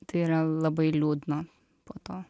tai yra labai liūdna po to